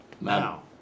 Now